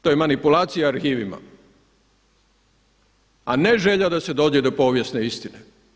To je manipulacija arhivima, a ne želja da se dođe do povijesne istine.